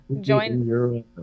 Join